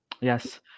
Yes